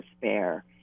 despair